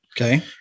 okay